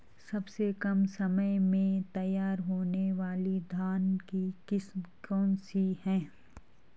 सबसे कम समय में तैयार होने वाली धान की किस्म कौन सी है?